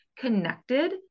connected